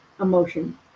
emotion